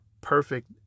perfect